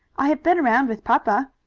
i have been around with papa.